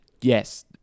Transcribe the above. Yes